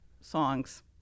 songs